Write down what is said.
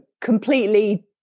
completely